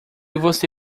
você